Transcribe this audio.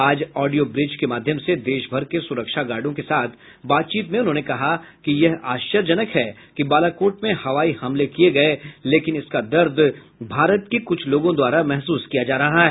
आज audio bridge के माध्यम से देश भर के सुरक्षा गार्डो के साथ बातचीत में उन्होंने कहा कि यह आश्चर्यजनक है कि बालाकोट में हवाई हमले किए गए लेकिन इसका दर्द भारत के कुछ लोगों द्वारा महसूस किया जा रहा है